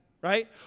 Right